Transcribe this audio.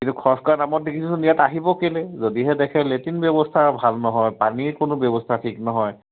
কিন্তু খৰচ কৰাৰ নামত দেখিছোচোন ইয়াত আহিব কেলেই যদিহে দেখে লেট্ৰিন ব্যৱস্থা ভাল নহয় পানীৰ কোনো ব্যৱস্থা ঠিক নহয়